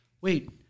wait